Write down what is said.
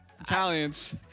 italians